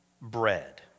bread